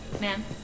Man